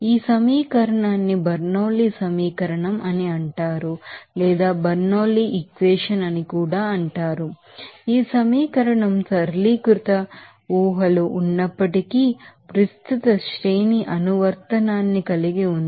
ఈ సమీకరణాన్ని బెర్నౌలీ సమీకరణం అని అంటారు మరియు సమీకరణం సరళీకృత ఊహలు ఉన్నప్పటికీ విస్తృత శ్రేణి అప్లికేషన్స్ న్ని కలిగి ఉంది